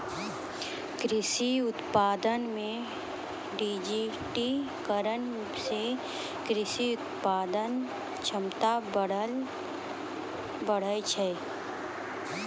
कृषि उत्पादन मे डिजिटिकरण से कृषि उत्पादन क्षमता बढ़ै छै